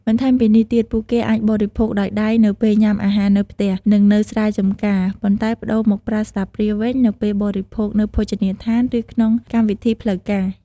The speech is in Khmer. បន្ថែមពីនេះទៀត ពួកគេអាចបរិភោគដោយដៃនៅពេលញ៉ាំអាហារនៅផ្ទះ និងនៅស្រែចម្ការ ប៉ុន្តែប្តូរមកប្រើស្លាបព្រាវិញនៅពេលបរិភោគនៅភោជនីយដ្ឋាន ឬក្នុងកម្មវិធីផ្លូវការ។